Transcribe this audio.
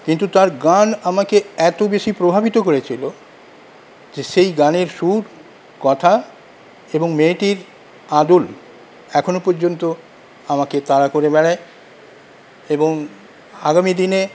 কিন্তু তার গান আমাকে এত বেশি প্রভাবিত করেছিল যে সেই গানের সুর কথা এবং মেয়েটির আদল এখনো পর্যন্ত আমাকে তাড়া করে বেড়ায় এবং আগামী দিনে